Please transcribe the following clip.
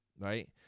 Right